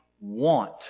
want